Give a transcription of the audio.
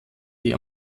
die